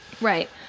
Right